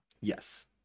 Yes